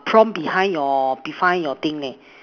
prompt behind your define your thing leh